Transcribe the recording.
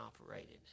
operated